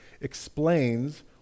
explains